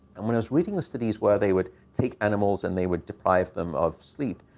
and when i was reading the studies where they would take animals and they would deprive them of sleep,